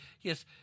Yes